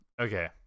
okay